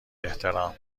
احترام